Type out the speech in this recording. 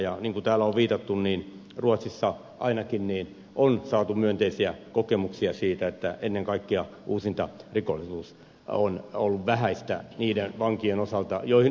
ja niin kuin täällä on viitattu niin ruotsissa ainakin on saatu myönteisiä kokemuksia siitä että ennen kaikkea uusintarikollisuus on ollut vähäistä niiden vankien osalta joihin on sovellettu tätä